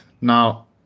Now